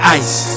ice